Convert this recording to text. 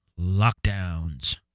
lockdowns